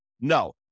No